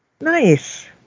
Nice